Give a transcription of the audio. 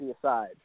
aside